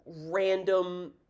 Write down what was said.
random